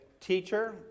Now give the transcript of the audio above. teacher